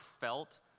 felt